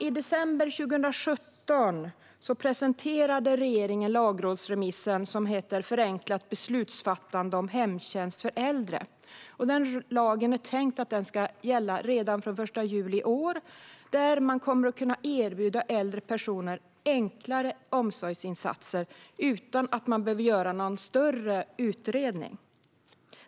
I december 2017 presenterade regeringen lagrådsremissen Förenklat beslutsfattande om hemtjänst för äldre . Den lagen är tänkt att gälla redan från den 1 juli i år. Man kommer att erbjuda äldre personer enklare omsorgsinsatser utan att man behöver göra någon större utredning.